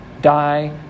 die